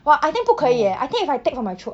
!wah! I think 不可以 eh I think if I take from my throat